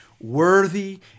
Worthy